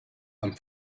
and